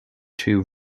two